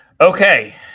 Okay